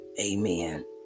Amen